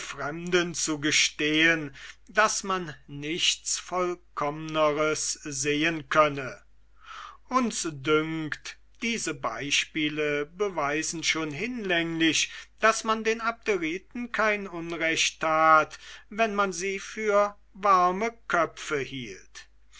fremden zu gestehen daß man nichts vollkommners sehen könne uns dünkt diese beispiele beweisen schon hinlänglich daß man den abderiten kein unrecht tat wenn man sie für warme köpfe hielt